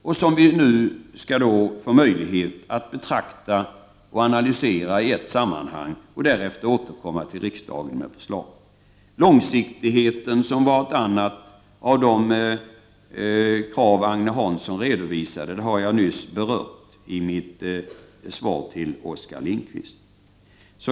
Regeringen skall nu få möjligheter att betrakta och analysera det materialet i ett sammanhang och därefter återkomma till riksdagen med förslag. Ett annat krav från Agne Hansson gällde långsiktigheten, och den har jag nyss berört i mitt svar till Oskar Lindkvist.